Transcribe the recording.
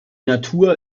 natur